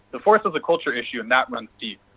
the force of the culture issue, and that runs deep.